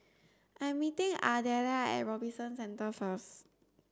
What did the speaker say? I'm meeting Ardelia at Robinson Centre first